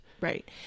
Right